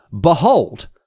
Behold